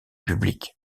public